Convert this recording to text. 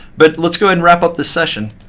but let's go and wrap up the session.